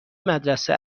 مدرسه